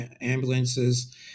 ambulances